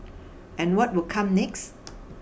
and what will come next